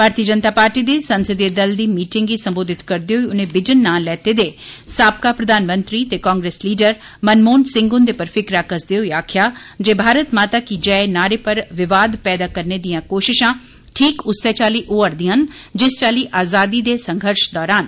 भारती जनता पार्टी दे संसदीय दल दी मीटिंग गी सम्बोधित करदे होई उनें बिजन नां लैते दे साबका प्रधानमंत्री ते कांग्रेस लीडर मनमोहन सिंह ह्न्दे पर फिकरा कसदे होई आक्खेया जे 'भारत माता की जय' नारे पर विवाद पैदा करने दियें कोशिशां ठीक उस्सै चाल्ली होआरदियां न जिस चाल्ली आज़ादी दे संघर्ष दौरान